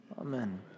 Amen